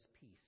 peace